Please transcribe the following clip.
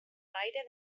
gaire